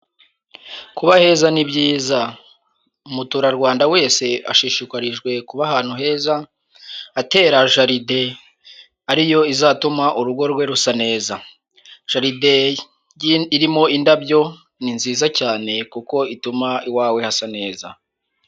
Kuba heza ni byiza. Umuturarwanda wese ashishikarijwe kuba ahantu heza, atera jaridin ariyo izatuma urugo rwe rusa neza. Jaridin irimo indabyo ni nziza cyane kuko ituma iwawe hasa neza.